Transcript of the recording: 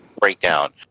breakdown